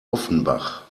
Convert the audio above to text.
offenbach